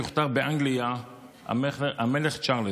יוכתר באנגליה המלך צ'ארלס.